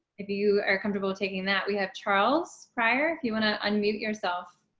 if you are comfortable taking that we have charles prior if you want to unmute yourself.